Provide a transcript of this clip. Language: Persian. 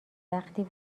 وقتی